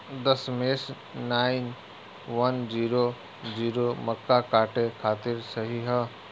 दशमेश nine one zero zero मक्का काटे खातिर सही ह?